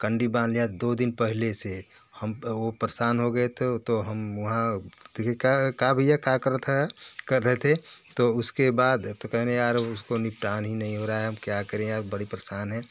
कंडी बान्ध लिया दो दिन पहले से हम वो परेशान हो गए थे तो हम वहाँ का भैया का करत है कर रहे थे तो उसके बाद तो कहने यार उसको निपटान ही नहीं हो रहा है हम क्या करें यार बड़े परेशान हैं तो